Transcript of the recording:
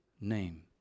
name